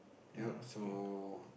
ya so